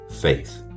faith